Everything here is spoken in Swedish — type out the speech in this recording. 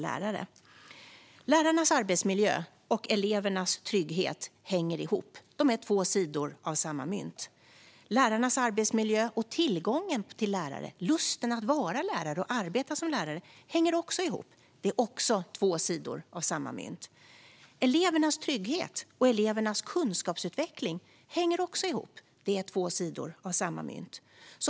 Lärarnas arbetsmiljö och elevernas trygghet hänger ihop. De är två sidor av samma mynt. Lärarnas arbetsmiljö och tillgången till lärare - lusten att vara lärare och arbeta som lärare - hänger också ihop. De är också två sidor av samma mynt. Elevernas trygghet och elevernas kunskapsutveckling hänger också ihop. De är två sidor av samma mynt.